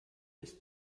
ist